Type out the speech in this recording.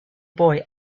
boy